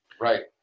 Right